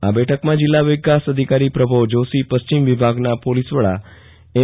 આ બેઠકામાં જિલ્લા વિકાસ અધિકારી પ્રભવ જોશી પશ્ચિમ વિભાગના પોલીસ વડા એમ